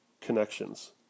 connections